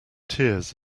tears